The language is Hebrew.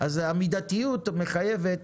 אז המידתיות מחייבת.